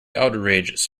outrageous